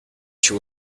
she